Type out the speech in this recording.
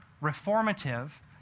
reformative